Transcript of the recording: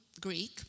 Greek